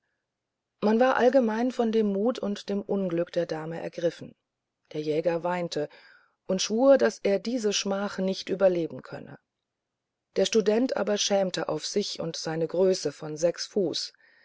man war allgemein von dem mut und dem unglück der dame ergriffen der jäger weinte und schwur daß er diese schmach nicht überleben könne der student aber schmähte auf sich und seine größe von sechs fuß